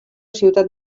ciutat